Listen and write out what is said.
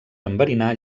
enverinar